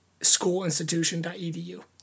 schoolinstitution.edu